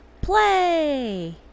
play